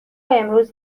امروز